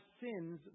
sins